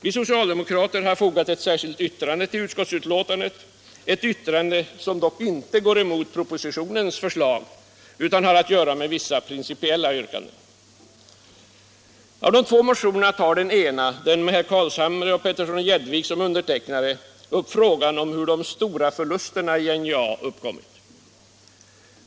Vi socialdemokrater har fogat ett särskilt yttrande till utskottsbetänkandet, ett yttrande som dock icke går emot propositionens förslag utan har att göra med vissa principiella yrkanden. Av de två motionerna tar den ena, med herr Carlshamre och herr Petersson i Gäddvik som undertecknare, upp frågan om hur de stora förlusterna i NJA uppkommit.